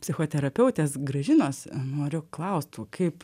psichoterapeutės gražinos noriu klaust o kaip